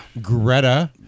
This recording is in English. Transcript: Greta